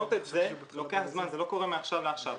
לשנות את זה לוקח זמן, זה לא קורה מעכשיו לעכשיו.